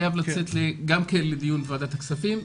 חייב לצאת גם כן לדיון בוועדת הכספים,